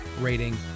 rating